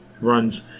runs